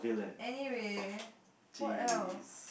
anyway what else